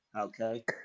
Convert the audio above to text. Okay